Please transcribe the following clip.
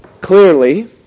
clearly